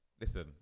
listen